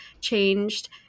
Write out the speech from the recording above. changed